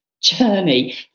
journey